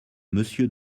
monsieur